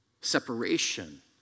separation